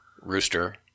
Rooster